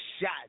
shot